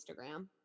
Instagram